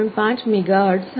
5 megahertz હતી